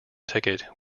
ticket